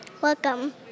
Welcome